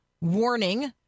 warning